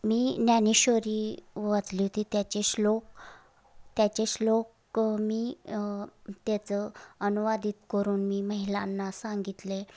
मी ज्ञानेश्वरी वाचली होती त्याचे श्लोक त्याचे श्लोक मी त्याचं अनुवादित करून मी महिलांना सांगितले